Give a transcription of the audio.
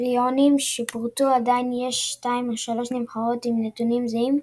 הקריטריונים שפורטו עדיין יש שתיים או שלוש נבחרות עם נתונים זהים,